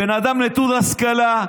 בן אדם נטול השכלה,